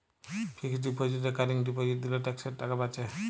fixed deposit recurring deposit দিলে ট্যাক্সের টাকা বাঁচে